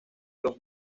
los